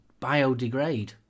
biodegrade